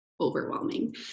Overwhelming